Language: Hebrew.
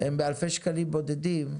הן באלפי שקלים בודדים,